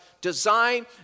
design